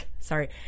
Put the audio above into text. Sorry